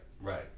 right